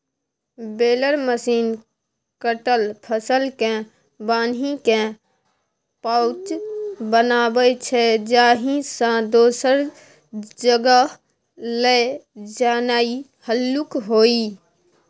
baler machine कटल फसलकेँ बान्हिकेँ पॉज बनाबै छै जाहिसँ दोसर जगह लए जेनाइ हल्लुक होइ